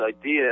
idea